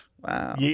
Wow